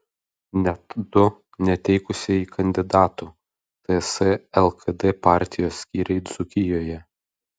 net du neteikusieji kandidatų ts lkd partijos skyriai dzūkijoje